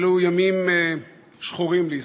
אלו ימים שחורים לישראל.